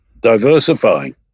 diversifying